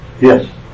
Yes